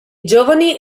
giovani